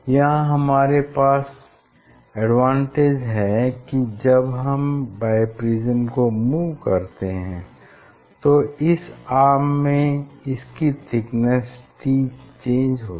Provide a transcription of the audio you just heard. यहाँ हमारे पास एडवांटेज है कि जब हम बाइप्रिज्म को मूव करते हैं तो इस आर्म में इसकी थिकनेस t चेंज होगी